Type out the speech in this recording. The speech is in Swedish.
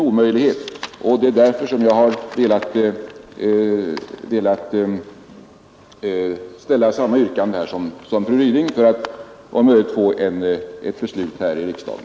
Det är därför jag har framställt samma yrkande som fru Ryding för att om möjligt få ett beslut här i riksdagen.